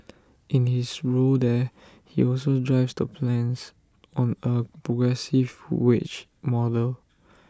in his role there he also drives the plans on A progressive wage model